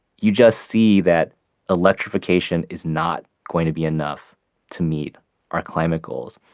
you just see that electrification is not going to be enough to meet our climate goals.